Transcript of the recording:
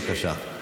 בבקשה.